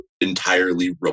entirely